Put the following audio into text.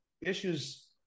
issues